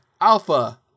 alpha